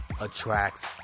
attracts